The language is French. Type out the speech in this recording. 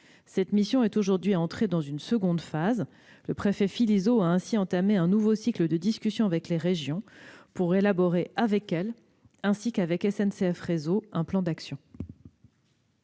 Cette mission est aujourd'hui entrée dans une seconde phase, le préfet François Philizot ayant entamé un nouveau cycle de discussions avec les régions, pour élaborer avec elles, ainsi qu'avec SNCF Réseau, un plan d'action.